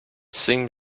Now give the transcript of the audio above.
seemed